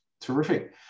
Terrific